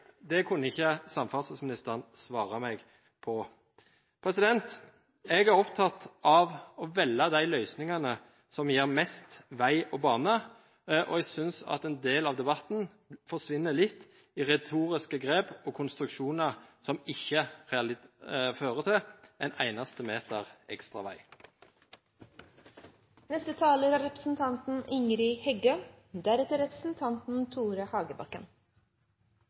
det kunne ikke samferdselsministeren svare meg på. Jeg er opptatt av å velge de løsningene som gir mest vei og bane, og jeg synes at en del av debatten forsvinner litt i retoriske grep og konstruksjoner som ikke fører til en eneste ekstra meter